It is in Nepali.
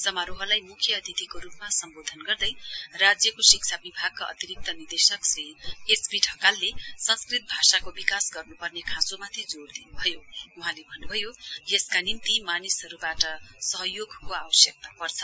समारोहलाई मुख्य अतिथिको रूपमा सम्बोधन गर्दै राज्यको शिक्षा विभागका अतिरिक्त निदेशक श्री एकपी ढकालले संस्कृत भाषाको विकास गर्न्पर्ने खाँचोमाथि जोड़ दिन्भयो वहाँले भन्न्भयो यसका निम्ति मानिसहरूबाट सहयोगको आवश्यकता पर्छ